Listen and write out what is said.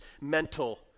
mental